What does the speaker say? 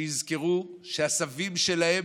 שיזכרו שהסבים שלהם,